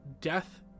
Death